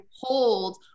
hold